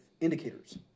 indicators